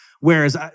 whereas